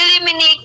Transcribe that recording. eliminate